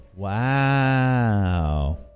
wow